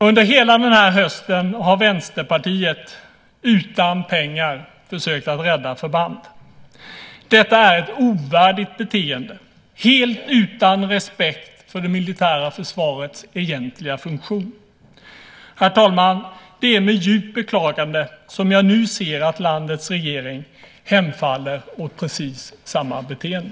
Under hela denna höst har Vänsterpartiet utan pengar försökt rädda förband. Detta är ett ovärdigt beteende helt utan respekt för det militära försvarets egentliga funktion. Herr talman! Det är med djupt beklagande jag nu ser att landets regering hemfaller åt precis samma beteende.